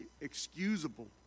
excusable